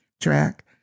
track